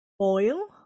oil